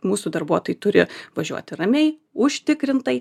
mūsų darbuotojai turi važiuoti ramiai užtikrintai